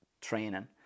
training